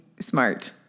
smart